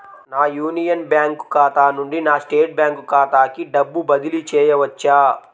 నా union bank ఖాతా నుండి నా స్టేట్ బ్యాంకు ఖాతాకి డబ్బు బదిలి చేయవచ్చా?